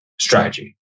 strategy